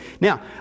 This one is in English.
Now